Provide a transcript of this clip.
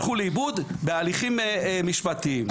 הלכו לאיבוד בהליכים משפטיים.